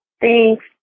Thanks